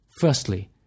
Firstly